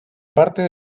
parte